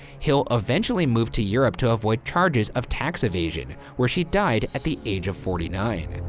hill eventually moved to europe to avoid charges of tax evasion, where she died at the age of forty nine.